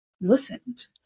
listened